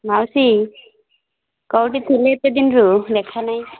ମାଉସୀ କେଉଁଠି ଥିଲେ ଏତେ ଦିନରୁ ଦେଖା ନାହିଁ